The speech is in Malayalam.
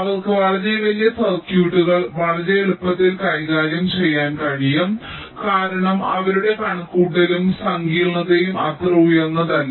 അവർക്ക് വളരെ വലിയ സർക്യൂട്ടുകൾ വളരെ എളുപ്പത്തിൽ കൈകാര്യം ചെയ്യാൻ കഴിയും കാരണം അവരുടെ കണക്കുകൂട്ടലും സങ്കീർണ്ണതയും അത്ര ഉയർന്നതല്ല